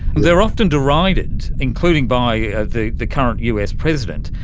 they are often derided, including by ah the the current us president.